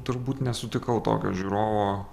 turbūt nesutikau tokio žiūrovo